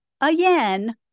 again